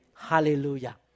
Hallelujah